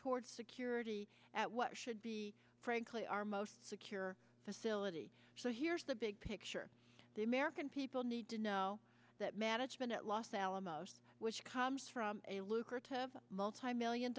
toward security at what should be frankly our most secure facility so here's the big picture the american people need to know that management at los alamos which comes from a lucrative multimillion